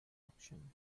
action